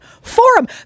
Forum